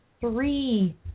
three